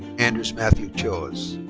anders matthew choez.